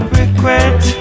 regret